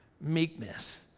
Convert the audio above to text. meekness